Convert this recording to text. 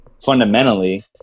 fundamentally